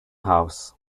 house